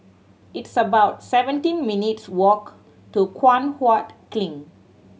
it's about seventeen minutes' walk to Guan Huat Kiln